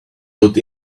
put